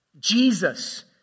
Jesus